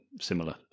similar